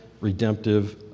redemptive